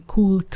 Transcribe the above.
Cool